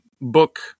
book